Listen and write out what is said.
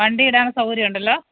വണ്ടി ഇടാനും സൗകര്യം ഉണ്ടല്ലോ